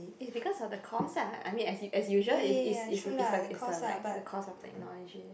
is because of the cost lah I mean as as usual is is is the is like the cost of technology